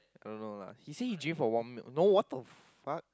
I don't know lah he say he gym for one month no what the fuck